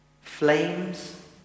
flames